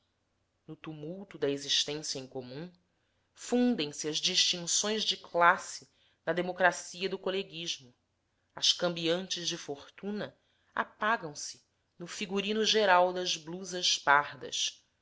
no tumulto da existência em comum fundem se as distinções de classe na democracia do coleguismo as cambiantes de fortuna apagam se no figurino geral das blusas pardas